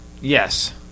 Yes